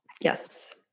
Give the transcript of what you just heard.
Yes